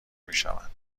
میشوند